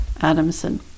Adamson